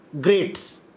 greats